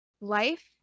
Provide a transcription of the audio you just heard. life